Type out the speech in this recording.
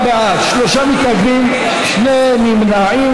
48 בעד, שלושה מתנגדים, שני נמנעים.